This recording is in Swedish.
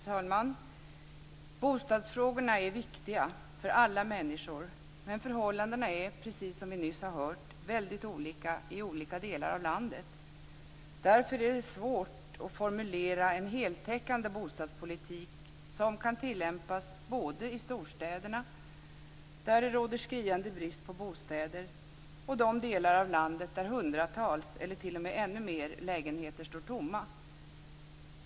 Fru talman! Bostadsfrågorna är viktiga för alla människor. Men förhållandena är, precis som vi nyss har hört, väldigt olika i olika delar av landet. Därför är det svårt att formulera en heltäckande bostadspolitik som kan tillämpas både i storstäderna, där det råder skriande brist på bostäder, och i de delar av landet där hundratals, eller t.o.m. ännu fler, lägenheter står tomma.